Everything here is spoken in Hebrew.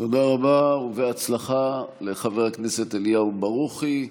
תודה רבה, ובהצלחה לחבר כנסת אליהו ברוכי.